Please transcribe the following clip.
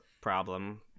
problem